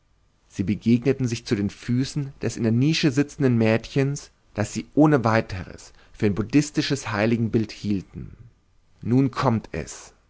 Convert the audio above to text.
sie begegneten sich zu den füßen des in der nische sitzenden mädchens das sie ohne weiteres für ein buddhistisches heiligenbild hielten nun kommt es